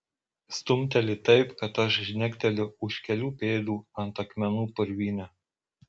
stumteli taip kad aš žnekteliu už kelių pėdų ant akmenų purvyne